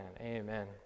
Amen